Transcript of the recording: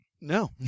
No